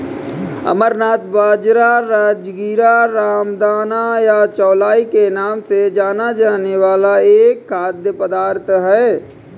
अमरनाथ बाजरा, राजगीरा, रामदाना या चौलाई के नाम से जाना जाने वाला एक खाद्य पदार्थ है